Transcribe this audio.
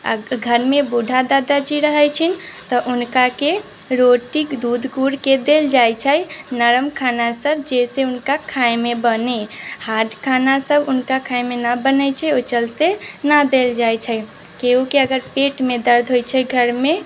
घरमे बुड्ढा दादाजी रहैत छै तऽ हुनका के रोटीके दूध गूड़ि कऽ देल जाइत छै नरम खानासभ जाहिसँ हुनका खाइमे बनय हार्ड खानासभ हुनका खायमे ना बनैत छै ओहि चलते ना देल जाइत छै केहुके अगर पेटमे दर्द होइत छै घर मे